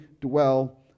dwell